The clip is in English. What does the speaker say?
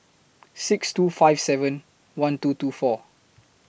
six two five seven one two two four